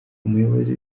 umuyobozi